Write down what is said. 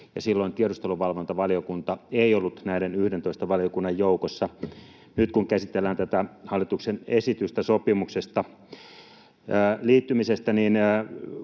silloin tiedusteluvalvontavaliokunta ei ollut näiden 11 valiokunnan joukossa. Nyt kun käsitellään tätä hallituksen esitystä sopimuksesta, liittymisestä, niin